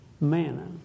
manna